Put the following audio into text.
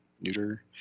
neuter